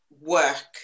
work